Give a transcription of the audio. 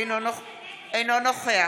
אינו נוכח